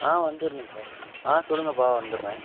ஆ வந்துரலாம்ப்பா ஆ சொல்லுங்கப்பா வந்துடுறேன்